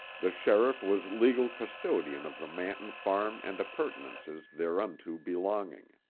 the sheriff was legal custodian of the manton farm and appurtenances thereunto belonging.